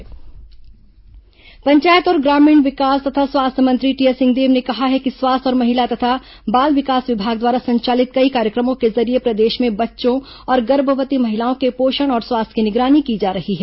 हमर ग्राम सभा पंचायत और ग्रामीण विकास तथा स्वास्थ्य मंत्री टीएस सिंहदेव ने कहा है कि स्वास्थ्य और महिला तथा बाल विकास विभाग द्वारा संचालित कई कार्यक्रमों के जरिये प्रदेश में बच्चों और गर्भवती महिलाओं के पोषण और स्वास्थ्य की निगरानी की जा रही है